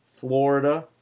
Florida